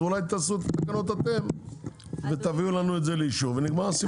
אז אולי תעשו את התקנות אתם ותביאו לנו לאישור ונגמר הסיפור.